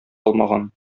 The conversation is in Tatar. алмаган